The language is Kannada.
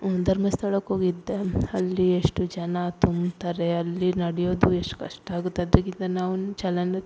ಧರ್ಮಸ್ಥಳಕ್ಕೆ ಹೋಗಿದ್ದೆ ಅಲ್ಲಿ ಎಷ್ಟು ಜನ ತುಂಬ್ತಾರೆ ಅಲ್ಲಿ ನಡೆ ಯೋದು ಎಷ್ಟು ಕಷ್ಟ ಆಗುತ್ತೆ ಅದ್ಕಿಂತ ನಾವು ಚಲನ